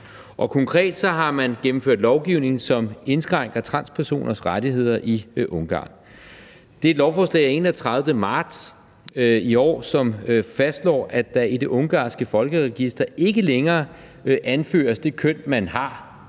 Konkret har man gennemført lovgivning, som indskrænker transpersoners rettigheder i Ungarn. Det handler om et lovforslag af den 31. marts i år, som fastslår, at der i det ungarske folkeregister ikke længere anføres det køn, man har